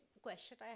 question